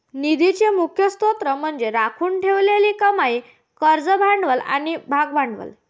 निधीचे मुख्य स्त्रोत म्हणजे राखून ठेवलेली कमाई, कर्ज भांडवल आणि भागभांडवल